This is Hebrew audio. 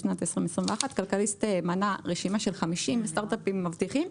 בשנת 2021 כלכליסט מנה רשימה של 50 סטארט-אפים מבטיחים,